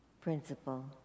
principal